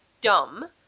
dumb